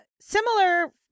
similar